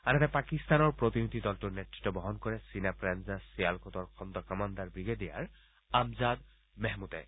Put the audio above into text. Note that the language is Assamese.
আনহাতে পাকিস্তানৰ প্ৰতিনিধি দলটোৰ নেত়ত বহন কৰে চিনাব ৰেঞ্জাৰ্ছ চিয়ালকোটৰ খণ্ড কামাণ্ডাৰ ৱিগেডিয়াৰ আমজাদ মেহমুদে